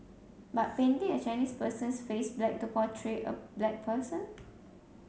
but painting a Chinese person's face black to portray a black person